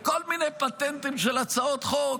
בכל מיני פטנטים של הצעות חוק,